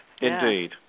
Indeed